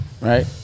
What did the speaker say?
Right